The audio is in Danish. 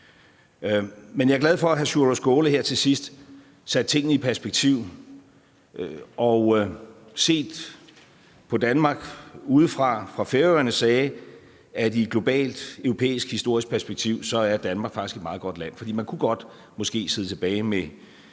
hr. Sjúrður Skaale her til sidst satte tingene i perspektiv og så på Danmark udefra, fra Færøerne, og sagde, at i globalt, europæisk, historisk perspektiv er Danmark faktisk et meget godt land, for man kunne måske godt sidde tilbage med